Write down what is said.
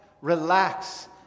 relax